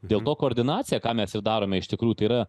dėl to koordinacija ką mes ir darome iš tikrųjų tai yra